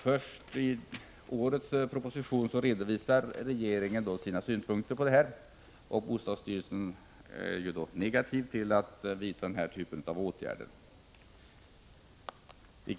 Först i årets proposition har regeringen redovisat sina synpunkter på detta förslag och då framhållit att bostadsstyrelsen är negativ till att denna typ av åtgärder vidtas.